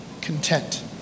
content